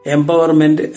Empowerment